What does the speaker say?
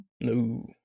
No